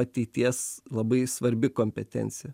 ateities labai svarbi kompetencija